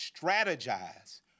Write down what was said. strategize